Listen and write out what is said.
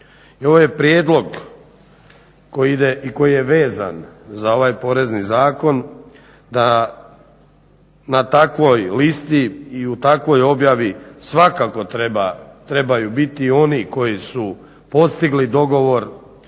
I ovo je prijedlog koji je vezan za ovaj Porezni zakon da na takvoj listi i u takvoj objavi svakako trebaju biti i oni koji su postigli dogovor